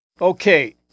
Okay